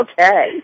Okay